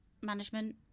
management